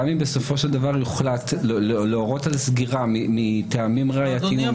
גם אם בסופו של דבר יוחלט להורות על סגירה מטעמים ראייתיים --- אדוני,